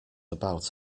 about